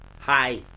Hi